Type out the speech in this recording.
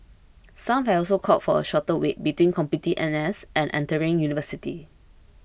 some have also called for a shorter wait between completing N S and entering university